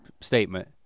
statement